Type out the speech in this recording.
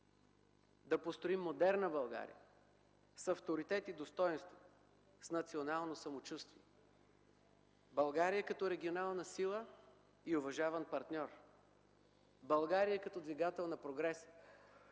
Да построим модерна България – с авторитет и достойнство, с национално самочувствие. България като регионална сила и уважаван партньор. България като двигател на прогреса.